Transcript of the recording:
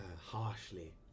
harshly